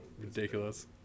ridiculous